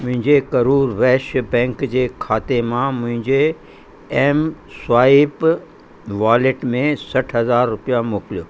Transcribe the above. मुंहिंजे करुर वैश्य बैंक जे खाते मां मुंहिंजे एम स्वाइप वॉलेट में सठि हज़ार रुपिया मोकिलियो